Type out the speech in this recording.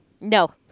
No